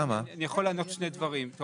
אני יכול לענות שני דברים אבל